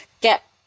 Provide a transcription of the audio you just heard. get